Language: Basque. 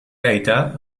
aita